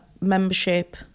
membership